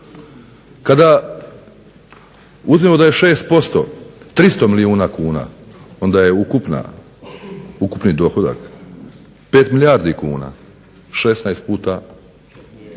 Kada uzmemo da je 6% 300 milijuna kuna onda je ukupni dohodak 5 milijardi kuna, 16 puta,